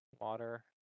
Water